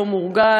לא מורגל,